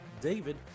David